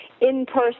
in-person